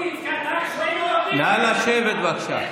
נא לשבת, בבקשה.